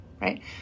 right